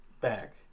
back